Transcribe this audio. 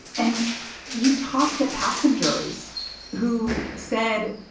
and you talk to passengers who said,